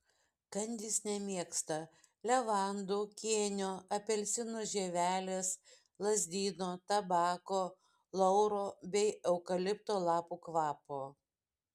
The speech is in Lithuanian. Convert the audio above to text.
kandys nemėgsta levandų kėnio apelsino žievelės lazdyno tabako lauro bei eukalipto lapų kvapo